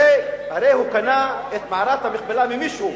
הרי הוא קנה את מערת המכפלה ממישהו.